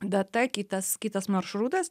data kitas kitas maršrutas